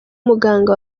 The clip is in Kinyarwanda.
umuganga